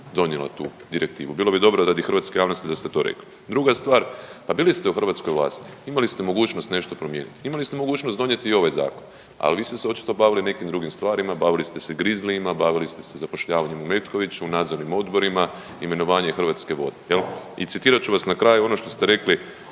donijela tu direktivu, bilo bi dobro radi hrvatske javnosti da ste to rekli. Druga stvar, a bili ste u hrvatskoj vlasti, imali ste mogućnost nešto promijeniti, imali ste mogućnost donijeti i ovaj zakon ali vi ste se očito bavili nekim drugim stvarima, bavili ste se grizlijima, bavili ste se zapošljavanjem u Metkoviću, u nadzornim odborima, imenovanje Hrvatske vode jel. I citirat ću vas na kraju ono što ste rekli